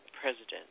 president